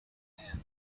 man